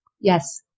Yes